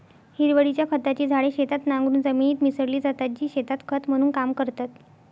हिरवळीच्या खताची झाडे शेतात नांगरून जमिनीत मिसळली जातात, जी शेतात खत म्हणून काम करतात